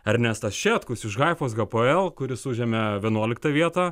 ernestas šetkus iš haifos hapoel kuris užėmė vienuoliktą vietą